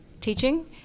teaching